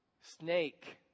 Snake